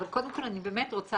אבל קודם כול אני באמת רוצה